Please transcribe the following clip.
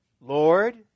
Lord